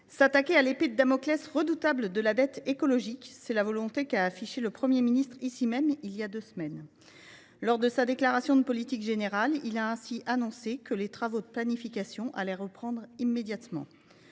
s’attaquer à l’épée de Damoclès redoutable de la dette écologique », c’est la volonté qu’a affichée le Premier ministre, ici même, il y a deux semaines. Lors de sa déclaration de politique générale, il a ainsi annoncé que « les travaux de planification » allaient reprendre « immédiatement